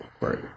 right